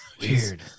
weird